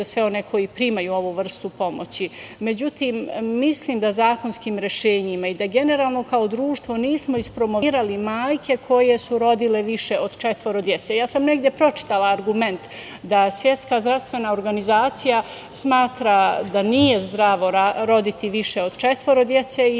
sve one koji primaju ovu vrstu pomoću.Međutim, mislim da zakonskim rešenjima i da generalno kao društvo nismo ispromovirali majke koje su rodile više od četvoro dece. Ja sam negde pročitala argument da Svetska zdravstvena organizacija smatra da nije zdravo roditi više od četvoro dece i